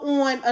on